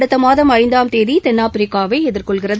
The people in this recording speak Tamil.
இந்தியா அடுத்த மாதம் ஐந்தாம் தேதி தென்னாப்பிரிக்காவை எதிர்கொள்கிறது